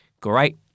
great